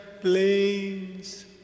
planes